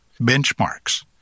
benchmarks